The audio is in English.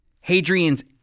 Hadrian's